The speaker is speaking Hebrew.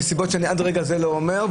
מסיבות שאני עד לרגע זה לא אומר,